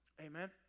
Amen